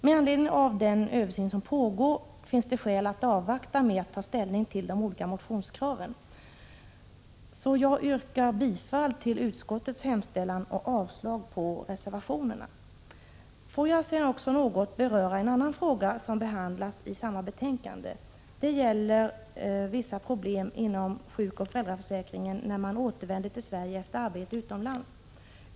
Med anledning av att det pågår en översyn bör man avvakta med att ta ställning till de olika motionskraven. Jag yrkar bifall till utskottets hemställan och avslag på reservationerna. Får jag sedan något beröra också en annan fråga som behandlas i samma betänkande. Det gäller vissa problem inom sjukoch föräldraförsäkringen när en person återvänder till Sverige efter att ha arbetat utomlands.